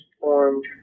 formed